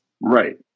Right